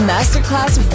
Masterclass